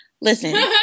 listen